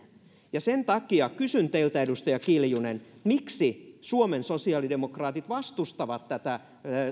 turvaksi sen takia kysyn teiltä edustaja kiljunen miksi suomen sosiaalidemokraatit vastustavat tätä